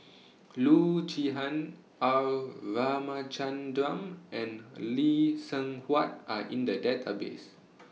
Loo Zihan R Ramachandran and Lee Seng Huat Are in The Database